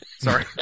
Sorry